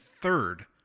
third